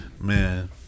Man